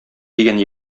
дигән